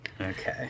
Okay